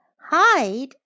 Hide